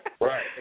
Right